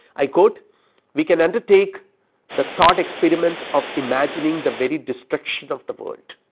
i quote we can undertake the thought experiment of imagining the very destruction of the world,